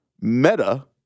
Meta